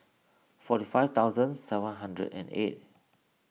forty five thousand seven hundred and eight